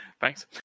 Thanks